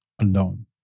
alone